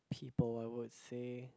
people I would say